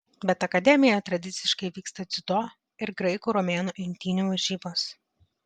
bet akademijoje tradiciškai vyksta dziudo ir graikų romėnų imtynių varžybos